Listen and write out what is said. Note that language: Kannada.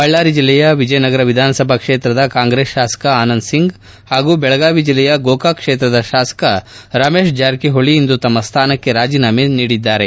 ಬಳ್ಳಾರಿ ಜೆಲ್ಲೆಯ ವಿಜಯನಗರ ವಿಧಾನ ಸಭಾ ಕ್ಷೇತ್ರದ ಕಾಂಗ್ರೆಸ್ ಶಾಸಕ ಆನಂದ್ ಸಿಂಗ್ ಹಾಗೂ ಬೆಳಗಾವಿ ಜಿಲ್ಲೆಯ ಗೋಕಾಕ್ ಕ್ಷೇತ್ರದ ಶಾಸಕ ರಮೇತ್ ಜಾರಕಿಹೊಳಿ ಇಂದು ತಮ್ಮ ಸ್ವಾನಕ್ಕೆ ರಾಜೀನಾಮೆ ನೀಡಿದ್ದಾರೆ